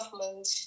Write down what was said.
government